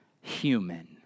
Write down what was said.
human